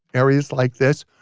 areas like this,